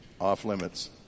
off-limits